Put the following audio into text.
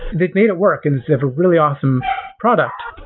they'd made it work and just have a really awesome product.